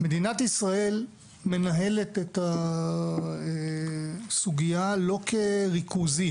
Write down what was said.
מדינת ישראל מנהלת את הסוגיה לא כריכוזית.